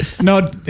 No